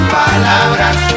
palabras